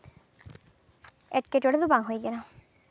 ᱮᱴᱠᱮᱴᱚᱬᱮ ᱫᱚ ᱵᱟᱝ ᱦᱩᱭ ᱠᱟᱱᱟ